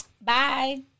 Bye